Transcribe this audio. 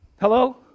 Hello